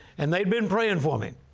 and they'd been praying for me.